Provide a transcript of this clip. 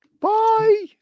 Bye